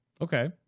Okay